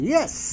Yes